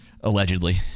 Allegedly